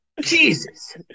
Jesus